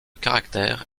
caractère